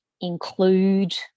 include